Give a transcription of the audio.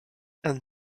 and